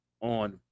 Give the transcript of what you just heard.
on